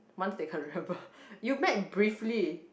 once they can't remember you met briefly